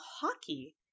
hockey